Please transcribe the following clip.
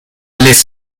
les